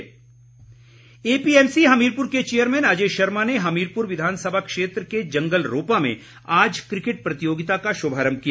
Ajay Sharma APMC Hamirpur के chairman Ajay Sharma ने हमीरपुर विधानसभा क्षेत्र के जंगलरोपा में आज क्रिकेट प्रतियोगिता का शुभारम्भ किया